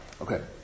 Okay